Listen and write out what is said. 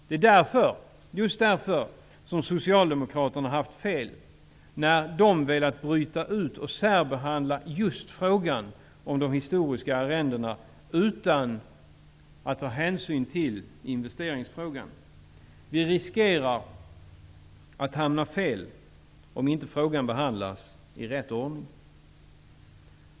Det är därför som Socialdemokraterna haft fel när de velat bryta ut och särbehandla just frågan om de historiska arrendena utan att ta hänsyn till investeringsfrågan. Vi riskerar att hamna fel om inte frågan behandlas i rätt ordning.